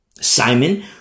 Simon